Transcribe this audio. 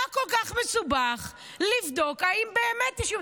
מה כל כך מסובך לבדוק אם באמת יש איומים?